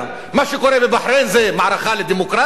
מה שקורה בבחריין זה מערכה לדמוקרטיה?